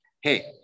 hey